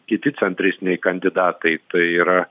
kiti centristiniai kandidatai tai yra